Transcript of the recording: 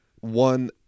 One